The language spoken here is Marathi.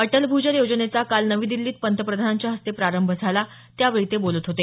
अटल भूजल योजनेचा काल नवी दिल्लीत पंतप्रधानांच्या हस्ते प्रारंभ झाला त्यावेळी ते बोलत होते